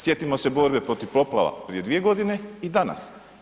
Sjetimo se borbe protiv poplava prije 2 godine i danas.